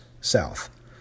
South